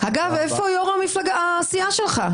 --- אגב איפה יו"ר הסיעה שלך?